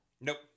Nope